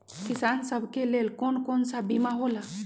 किसान सब के लेल कौन कौन सा बीमा होला?